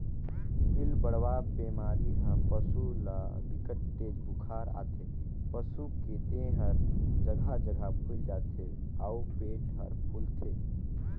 पिलबढ़वा बेमारी म पसू ल बिकट तेज बुखार आथे, पसू के देह हर जघा जघा फुईल जाथे अउ पेट हर फूलथे